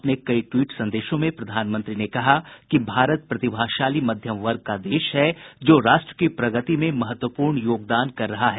अपने कई टवीट संदेशों में प्रधानमंत्री ने कहा कि भारत प्रतिभाशाली मध्यम वर्ग का देश है जो राष्ट्र की प्रगति में महत्वपूर्ण योगदान कर रहा है